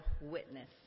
Witness